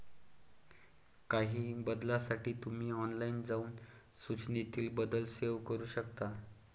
काही बदलांसाठी तुम्ही ऑनलाइन जाऊन सूचनेतील बदल सेव्ह करू शकता